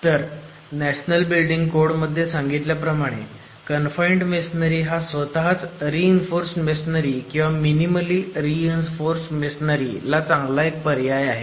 तर national building code मध्ये सांगितल्याप्रमाणे कनफाईण्ड मेसोनरी हा स्वतःच रि इन्फोर्स्ड मेसोनरी किंवा मिनीमली रि इन्फोर्स्ड मेसोनरी ला एक चांगला पर्याय आहे